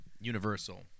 Universal